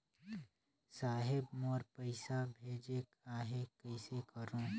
साहेब मोर पइसा भेजेक आहे, कइसे करो?